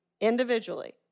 individually